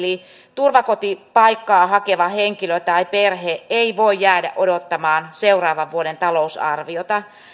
turvakotipaikkaa hakeva henkilö tai perhe ei voi jäädä odottamaan seuraavan vuoden talousarviota